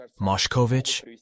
moshkovich